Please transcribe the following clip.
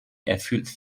erfüllt